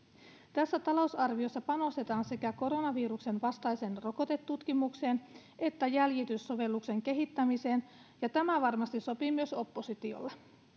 tässä lisätalousarviossa panostetaan sekä koronaviruksen vastaisen rokotetutkimuksen että jäljityssovelluksen kehittämiseen ja tämä varmasti sopii myös oppositiolle